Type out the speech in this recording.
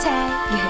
Tag